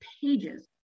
pages